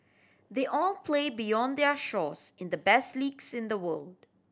they all play beyond their shores in the best leagues in the world